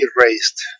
erased